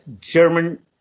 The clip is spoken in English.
german